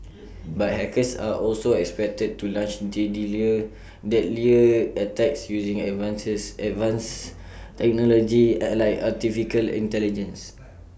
but hackers are also expected to launch deadlier attacks using advanced technology like Artificial Intelligence